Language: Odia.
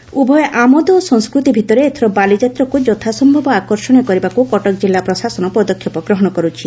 ବାଲିଯାତ୍ରା ଉଭୟ ଆମୋଦ ଓ ସଂସ୍କୃତି ଭିତରେ ଏଥର ବାଲିଯାତ୍ରାକୁ ଯଥାସ ଆକର୍ଷଣୀୟ କରିବାକୁ କଟକ ଜିଲ୍ଲା ପ୍ରଶାସନ ପଦକ୍ଷେପ ଗ୍ରହଣ କରୁଛି